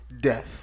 death